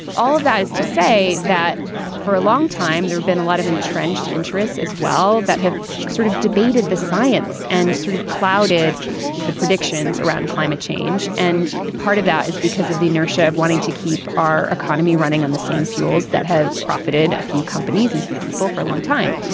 all of that is to say that for a long time there's been a lot of entrenched interests as well that have sort of debated the science and sort of clouded the predictions around climate change. and part of that is because of the inertia of wanting to keep our economy running on the same fuels that have profited a few companies and few people for a long time.